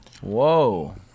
Whoa